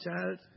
child